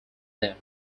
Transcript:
them